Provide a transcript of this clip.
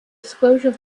disclosure